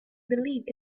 believe